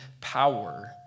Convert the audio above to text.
power